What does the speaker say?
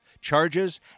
charges